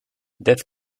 dead